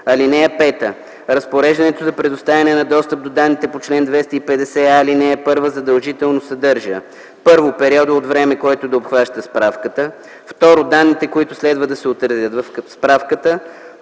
данните. (5) Разпореждането за предоставяне на достъп до данните по чл. 250а, ал. 1 задължително съдържа: 1. периода от време, който да обхваща справката; 2. данните, които следва да се отразят в справката;